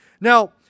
Now